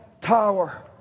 tower